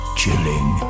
chilling